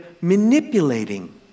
manipulating